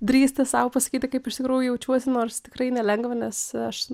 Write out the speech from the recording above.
drįsti sau pasakyti kaip iš tikrųjų jaučiuosi nors tikrai nelengva nes aš